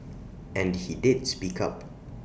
and he did speak up